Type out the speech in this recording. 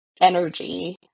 energy